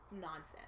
nonsense